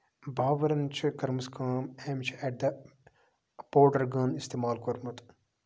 بابرَن چھِ کٔرمٕژ کٲم أمۍ چھِ ایٹ دَ پوٹر گَن اِستعمال کوٚرمُت